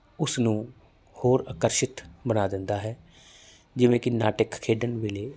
ਉਸਨੂੰ ਹੋਰ ਆਕਰਸ਼ਿਤ ਬਣਾ ਦਿੰਦਾ ਹੈ ਜਿਵੇਂ ਕਿ ਨਾਟਕ ਖੇਡਣ ਵੇਲੇ